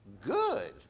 good